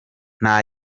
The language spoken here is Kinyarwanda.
nta